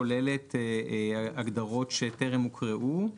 כוללת הגדרות שטרם הוקראו.